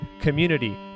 community